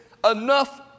enough